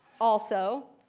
also,